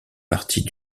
partie